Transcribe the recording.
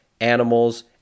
animals